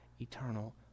eternal